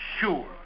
sure